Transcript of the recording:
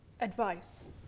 advice